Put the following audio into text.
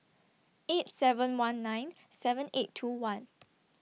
eight seven one nine seven eight two one